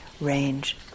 range